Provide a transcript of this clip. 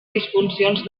disfuncions